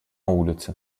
улице